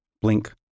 Blink